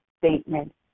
statement